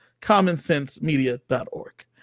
commonsensemedia.org